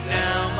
now